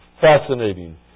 fascinating